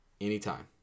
anytime